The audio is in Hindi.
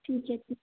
ठीक है